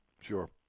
sure